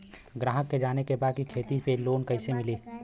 ग्राहक के जाने के बा की खेती पे लोन कैसे मीली?